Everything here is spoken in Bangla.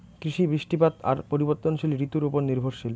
কৃষি, বৃষ্টিপাত আর পরিবর্তনশীল ঋতুর উপর নির্ভরশীল